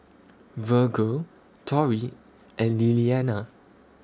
Virgel Torrie and Lillianna